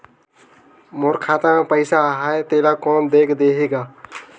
मोर खाता मे पइसा आहाय तेला कोन देख देही गा?